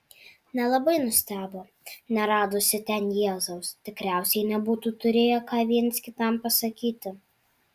nelabai nustebo neradusi ten jėzaus tikriausiai nebūtų turėję ką vienas kitam pasakyti